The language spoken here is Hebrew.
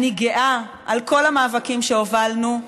אני גאה על כל המאבקים שהובלנו,